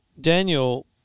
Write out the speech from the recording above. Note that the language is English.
Daniel